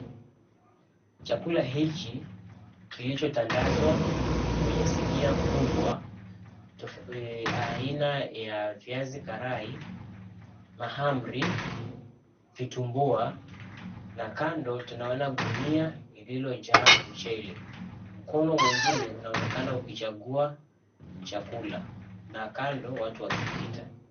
Chakula hiki kilicho tandazwa kwenye sinia kibuwa, aina ya viazi karae, mahamri, vitumbua, na kando tunaona gunia lililojaa mchele. Mkono mwingine unaonekana ukichagua chakula na kando watu wakipita.